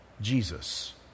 Jesus